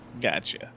Gotcha